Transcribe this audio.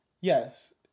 Yes